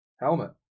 helmet